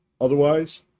otherwise